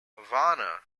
varna